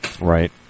Right